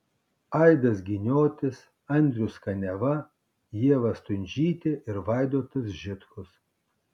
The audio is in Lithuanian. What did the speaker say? aidas giniotis andrius kaniava ieva stundžytė ir vaidotas žitkus